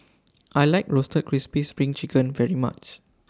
I like Roasted Crispy SPRING Chicken very much